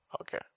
Okay